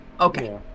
Okay